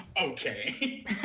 okay